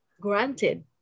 granted